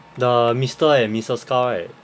the mister and missus scar right